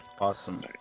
Awesome